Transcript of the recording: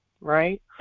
right